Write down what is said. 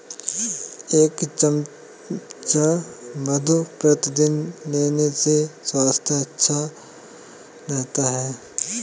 एक चम्मच मधु प्रतिदिन लेने से स्वास्थ्य अच्छा रहता है